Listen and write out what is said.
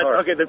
okay